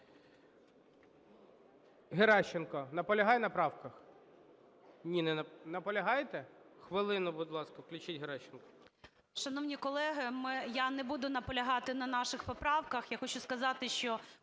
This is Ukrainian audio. Геращенко наполягає на правках? Ні… Наполягаєте? Хвилину, будь ласка, включіть Геращенко.